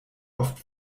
oft